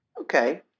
Okay